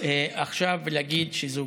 עכשיו ולהגיד שגם